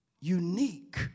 unique